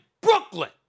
Brooklyn